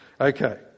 okay